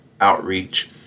outreach